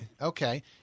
Okay